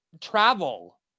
travel